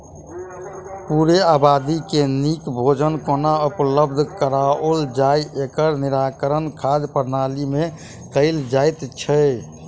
पूरे आबादी के नीक भोजन कोना उपलब्ध कराओल जाय, एकर निराकरण खाद्य प्रणाली मे कयल जाइत छै